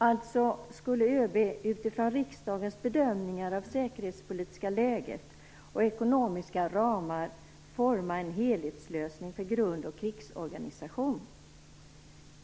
Alltså skulle ÖB utifrån riksdagens bedömningar av det säkerhetspolitiska läget och ekonomiska ramar forma en helhetslösning för grund och krigsorganisation.